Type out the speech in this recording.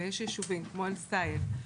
ויש יישובים כמו א-סייד,